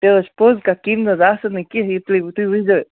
تہِ حظ چھِ پوٚز کَتھ کِم نا حظ آسن نہٕ کیٚنٛہہ یہِ تُہۍ تُہۍ وٕچھ زیو